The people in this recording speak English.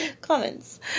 comments